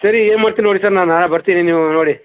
ಸರಿ ಏನು ಮಾಡ್ತಿರಾ ನೋಡಿ ಸರ್ ನಾನು ನಾಳೆ ಬರ್ತೇನೆ ನೀವು ನೋಡಿ